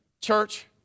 church